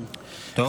טוב?